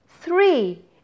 Three